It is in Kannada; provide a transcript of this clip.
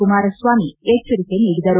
ಕುಮಾರಸ್ವಾಮಿ ಎಚ್ಚರಿಕೆ ನೀಡಿದರು